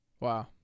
Wow